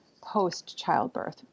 post-childbirth